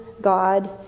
God